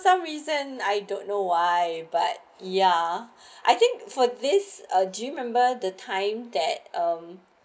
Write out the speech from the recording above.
some reason I don't know why but ya I think for this uh gym remember the time that um